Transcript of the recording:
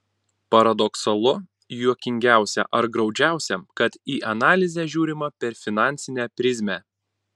paradoksalu juokingiausia ar graudžiausia kad į analizę žiūrima per finansinę prizmę